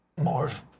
Morph